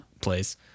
place